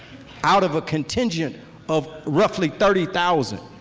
out of a contingent of roughly thirty thousand,